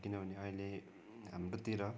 किनभने अहिले हाम्रोतिर